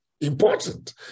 important